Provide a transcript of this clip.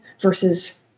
versus